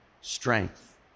strength